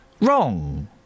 wrong